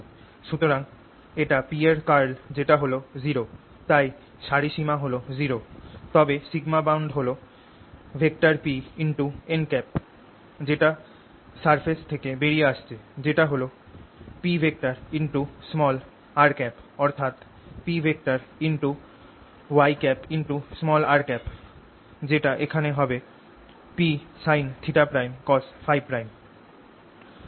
সুতরাং এটা P এর কার্ল যেটা হল 0 তাই সারি সীমা হল 0 তবে সিগমা বাউন্ড হল Pn যেটা সারফেস থেকে বেরিয়ে আসছে যেটা হল Pr অর্থাৎ Pyr যেটা এখানে হবে Psinθ' cosՓ'